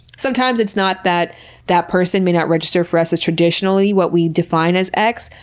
sometimes it's not that that person may not register for us as traditionally what we defined as x,